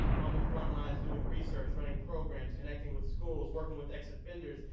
um on the front lines doing research, running programs, connecting with schools, working with ex-offenders,